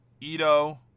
Ito